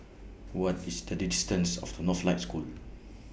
What IS The distance of Northlight School